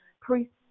priests